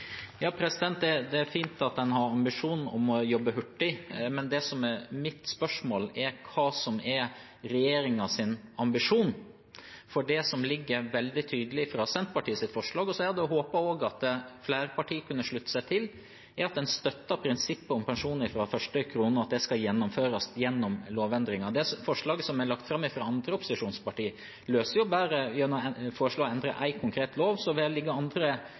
Det er fint at en har ambisjon om å jobbe hurtig, men det som mitt spørsmål gjelder, er hva som er regjeringens ambisjon. Det som ligger veldig tydelig i Senterpartiets forslag, som jeg hadde håpet at flere partier kunne slutte seg til, er at en støtter prinsippet om pensjon fra første krone, og at det skal gjennomføres ved lovendring. Når det gjelder det forslaget som er lagt fram fra andre opposisjonsparti, foreslår en bare å endre en konkret lov. Så vil det være andre